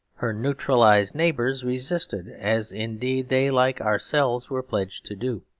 her neutralised neighbours resisted, as indeed they, like ourselves, were pledged to do.